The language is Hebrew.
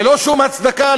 ללא שום הצדקה,